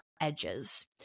edges